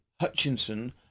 Hutchinson